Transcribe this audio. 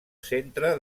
centre